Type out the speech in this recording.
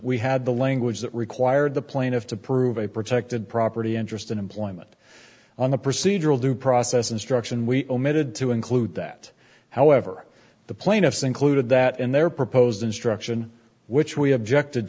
we had the language that required the plaintiff to prove a protected property interest in employment on the procedural due process instruction we omitted to include that however the plaintiffs included that in their proposed instruction which we objected